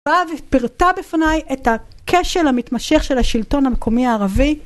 באה ופירטה בפניי את הכשל המתמשך של השלטון המקומי הערבי,